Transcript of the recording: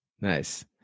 Nice